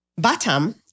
Batam